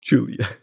Julia